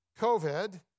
COVID